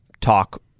talk